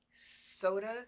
Soda